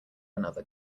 another